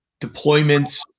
deployments